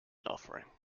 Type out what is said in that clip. offering